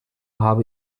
habe